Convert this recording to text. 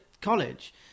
college